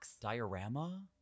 Diorama